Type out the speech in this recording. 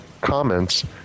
comments